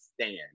stand